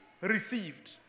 received